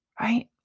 Right